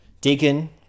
Deacon